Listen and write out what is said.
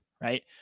right